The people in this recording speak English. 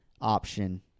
option